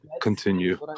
continue